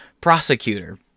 prosecutor